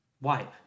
wipe